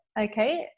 okay